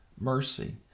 mercy